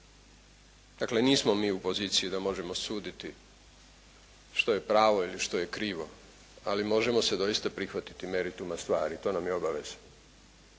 dakle nismo mi u poziciji da možemo suditi što je pravo ili što je krivo, ali možemo se doista prihvatiti merituma stvari, to nam je obaveza